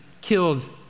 killed